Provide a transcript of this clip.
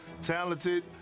talented